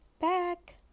back